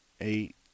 eight